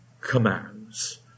commands